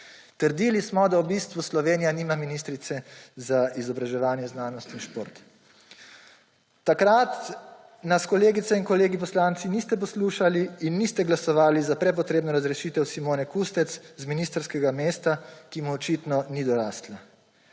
Trdili smo, da v bistvu Slovenija nima ministrice za izobraževanje, znanost in šport. Takrat nas, kolegice in kolegi poslanci, niste poslušali in niste glasovali za prepotrebno razrešitev Simone Kustec z ministrskega mesta, ki mu očitno ni dorasla.